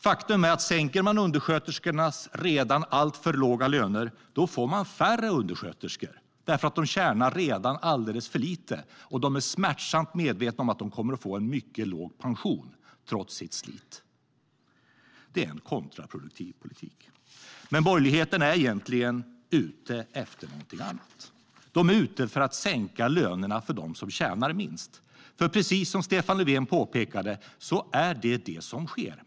Faktum är att om man sänker undersköterskornas redan alltför låga löner får man färre undersköterskor därför att de redan tjänar alldeles för lite och är smärtsamt medvetna om att de kommer att få en mycket låg pension, trots sitt slit. Det är en kontraproduktiv politik. Men borgerligheten är egentligen ute efter någonting annat. De är ute efter att sänka lönerna för dem som tjänar minst. För precis som Stefan Löfven påpekade är det detta som sker.